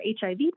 HIV